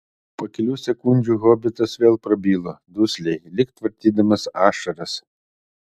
po kelių sekundžių hobitas vėl prabilo dusliai lyg tvardydamas ašaras